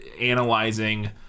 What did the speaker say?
analyzing